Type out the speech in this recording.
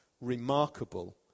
remarkable